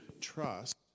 trust